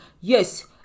yes